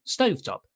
stovetop